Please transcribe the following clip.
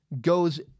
goes